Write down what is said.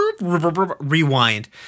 Rewind